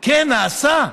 כן, נעשה.